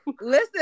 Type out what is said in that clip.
Listen